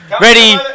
Ready